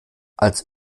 als